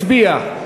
הצביע.